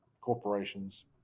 corporations